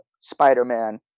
Spider-Man